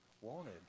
wanted